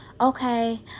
okay